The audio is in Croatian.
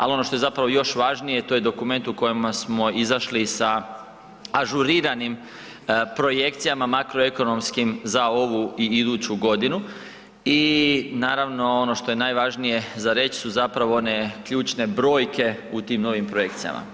Ali ono što je zapravo još važnije, to je dokument u kojemu smo izašli sa ažuriranim projekcijama makroekonomskim za ovu i iduću godinu i ono što je najvažnije za reć su zapravo one ključne brojke u tim novim projekcijama.